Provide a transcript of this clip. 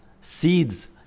seeds